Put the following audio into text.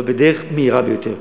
אבל בדרך מהירה ביותר.